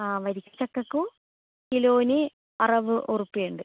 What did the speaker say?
ആ വരിക്ക ചക്കയ്ക്കും കിലോന് അറുപത് റുപ്പിയ ഉണ്ട്